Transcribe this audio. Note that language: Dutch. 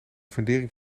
fundering